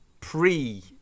pre